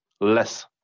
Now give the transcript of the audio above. less